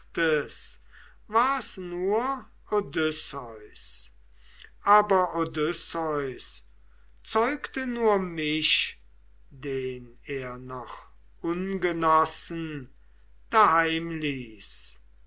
war's nur odysseus aber odysseus zeugte nur mich den er noch ungenossen daheim